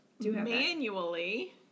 manually